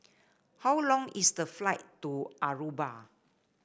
how long is the flight to Aruba